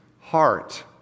heart